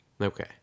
Okay